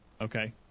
okay